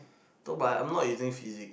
no but I'm not using physics